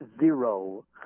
Zero